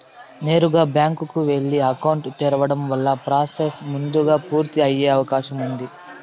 నేరుగా బ్యాంకు కు వెళ్లి అకౌంట్ తెరవడం వల్ల ప్రాసెస్ ముందుగా పూర్తి అయ్యే అవకాశం ఉందా?